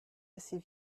assez